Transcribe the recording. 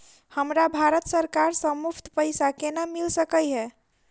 हमरा भारत सरकार सँ मुफ्त पैसा केना मिल सकै है?